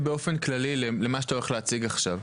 ובאופן כללי על מה שאתה הולך להציג עכשיו.